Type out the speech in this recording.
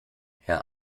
herr